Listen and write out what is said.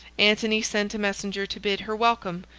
antony sent a messenger to bid her welcome,